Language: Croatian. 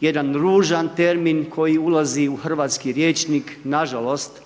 jedan ružan termin koji ulazi u hrvatski rječnik, nažalost